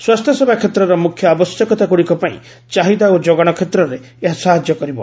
ସ୍ୱାସ୍ଥ୍ୟ ସେବା କ୍ଷେତ୍ରର ମୁଖ୍ୟ ଆବଶ୍ୟକତାଗୁଡ଼ିକ ପାଇଁ ଚାହିଦା ଓ ଯୋଗାଣ କ୍ଷେତ୍ରରେ ଏହା ସାହାଯ୍ୟ କରିବ